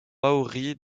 maori